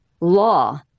law